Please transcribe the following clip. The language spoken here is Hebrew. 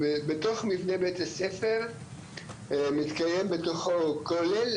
בתוך מבנה בית הספר מתקיים בתוכו כולל,